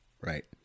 right